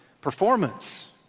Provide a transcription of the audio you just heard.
performance